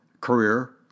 career